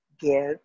give